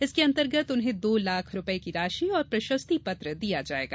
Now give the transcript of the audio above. इसके अंतर्गत उन्हें दो लाख रूपये की राशि और प्रशस्ति पत्र दिया जायेगा